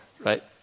right